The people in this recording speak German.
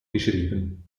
geschrieben